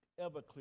Everclear